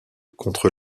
contre